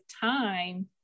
time